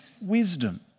wisdom